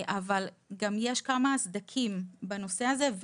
אבל יש כמה סדקים בנושא הזה.